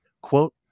quote